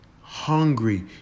hungry